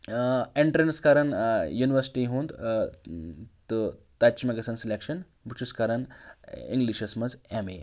entrance کَران university ہُنٛد تہٕ تَتہِ چھُ مےٚ گژھان سِلٮ۪کشَن بہٕ چھُس کَران اِنٛگلِشَش منٛز اٮ۪م اے